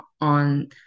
on